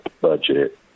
budget